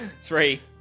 three